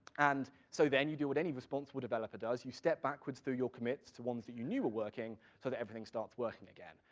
and so then you do what any responsible developer does. you step backwards through your commits to ones you knew were working, so that everything starts working again,